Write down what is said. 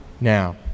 now